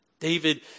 David